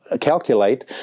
calculate